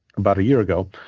about a year ago,